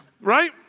Right